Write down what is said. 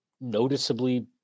noticeably